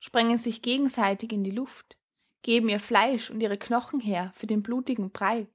sprengen sich gegenseitig in die luft geben ihr fleisch und ihre knochen her für den blutigen brei